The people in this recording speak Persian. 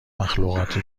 مخلوقات